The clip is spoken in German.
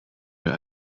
wir